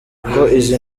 izi